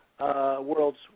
world's